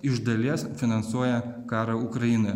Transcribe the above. iš dalies finansuoja karą ukrainoj